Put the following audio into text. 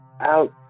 out